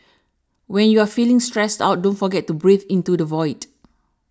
when you are feeling stressed out don't forget to breathe into the void